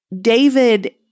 David